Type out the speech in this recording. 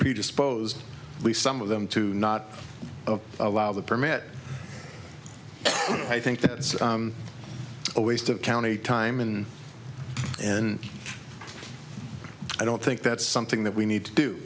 disposed least some of them to not allow the permit i think that it's a waste of county time in and i don't think that's something that we need to do